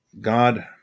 God